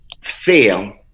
fail